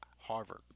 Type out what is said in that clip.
Harvard